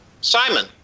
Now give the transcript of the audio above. simon